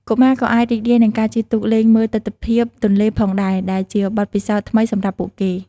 កុមារក៏អាចរីករាយនឹងការជិះទូកលេងមើលទិដ្ឋភាពទន្លេផងដែរ ដែលជាបទពិសោធន៍ថ្មីសម្រាប់ពួកគេ។